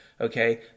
Okay